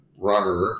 runner